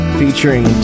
featuring